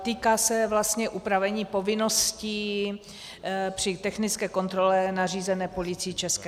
Týká se vlastně upravení povinností při technické kontrole nařízené Policií ČR.